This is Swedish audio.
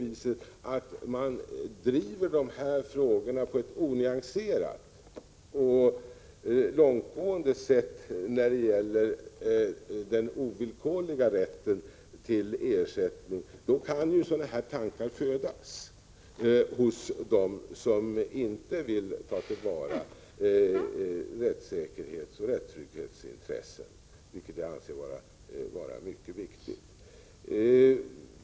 Men om man driver dessa frågor på ett onyanserat och långtgående sätt när det gäller den ovillkorliga rätten till ersättning, kan sådana tankar födas hos dem som inte vill ta till vara rättssäkerhetsoch rättstrygghetsintressen — och dessa intressen är mycket viktiga.